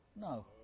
No